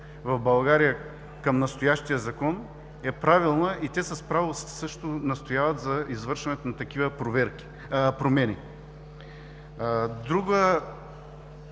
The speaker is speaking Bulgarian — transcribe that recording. в България към настоящия Закон е правилна и те с право настояват за извършването на такива промени. Друга